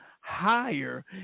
higher